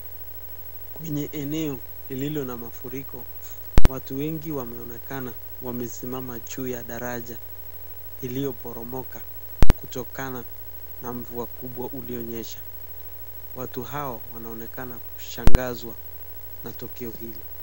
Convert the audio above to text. Kwenye eneo lililo na mafuriko, watu wengi wanaonekana wamesimama juuu ya daraja iliyoporomoka kutokana na mvua kubwa ulionyesha. Watu hao wanaonekana kushangazwa na tokeo hili.